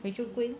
所以就贵 lor